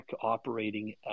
operating